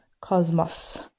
cosmos